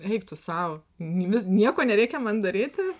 eik tu sau nieko nereikia man daryti